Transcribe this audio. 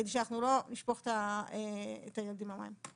כדי שאנחנו לא נשפוך את הילדים עם המים.